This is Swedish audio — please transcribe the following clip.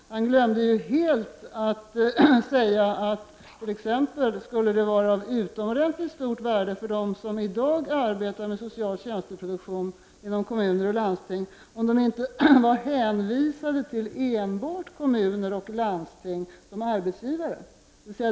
Men han glömde helt att säga att det exempelvis skulle vara av utomordentligt värde för dem som i dag arbetar med social tjänsteproduktion i kommuner och landsting, om de inte var hänvisade till enbart kommuner och landsting som arbetsgivare.